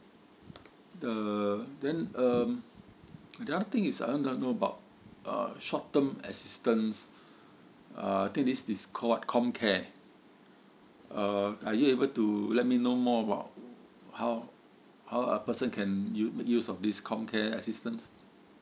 err then um another thing I want to know about uh short term assistance uh I think this this quote comcare uh are you able to let me know more about how how a person can you use of this comcare assistance